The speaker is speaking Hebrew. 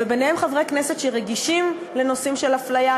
ובהם חברי כנסת שרגישים לנושאים של אפליה,